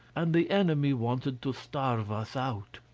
and the enemy wanted to starve us out.